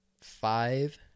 five